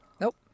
Nope